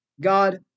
God